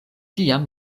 tiam